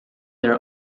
their